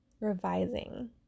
revising